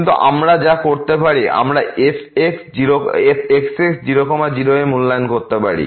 কিন্তু আমরা যা করতে পারি আমরা fxx 0 0 এ মূল্যায়ন করতে পারি